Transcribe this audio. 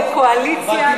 בקואליציה,